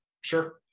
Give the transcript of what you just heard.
Sure